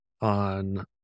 on